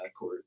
backcourt